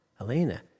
Elena